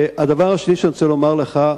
הדבר השני שאני רוצה לומר לך,